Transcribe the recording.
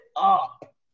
up